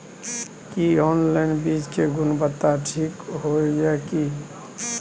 की online बीज के गुणवत्ता ठीक होय ये की?